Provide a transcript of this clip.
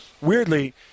weirdly